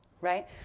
right